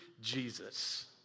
Jesus